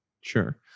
Sure